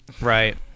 Right